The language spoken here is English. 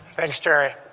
thanks, jerry.